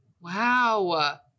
Wow